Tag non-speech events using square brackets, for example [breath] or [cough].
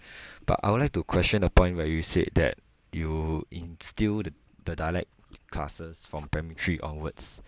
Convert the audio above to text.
[breath] but I would like to question the point where you said that you instill the the dialect classes from primary three onwards